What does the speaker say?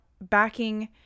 backing